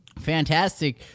fantastic